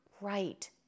right